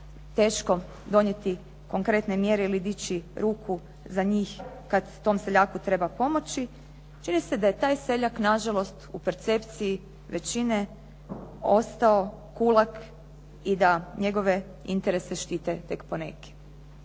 teško donijeti konkretne mjere ili dići ruku za njih kad tom seljaku treba pomoći. Čini se da je taj seljak nažalost u percepciji većine ostao kulak i da njegove interese štite tek poneki.